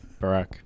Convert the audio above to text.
Barack